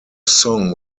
song